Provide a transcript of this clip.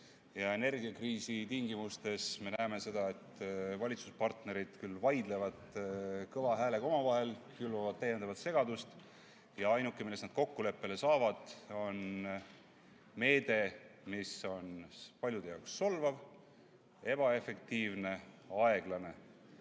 Energiakriisi tingimustes me näeme seda, et valitsuspartnerid vaidlevad kõva häälega omavahel, külvavad täiendavat segadust, ja ainuke, milles nad kokkuleppele saavad, on meede, mis on paljude jaoks solvav, ebaefektiivne, aeglane